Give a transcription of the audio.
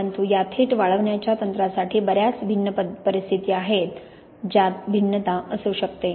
परंतु या थेट वाळवण्याच्या तंत्रांसाठी बर्याच भिन्न परिस्थिती आहेत ज्यात भिन्नता असू शकते